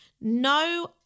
No